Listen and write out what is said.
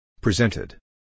Presented